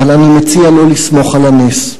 אבל אני מציע לא לסמוך על הנס,